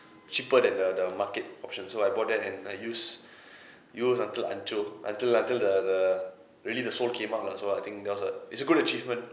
cheaper than the the market options so I bought that and I use use until until until until the the really the sole came out lah so I think that was a it's a good achievement